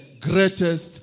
greatest